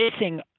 missing